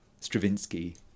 Stravinsky